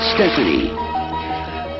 Stephanie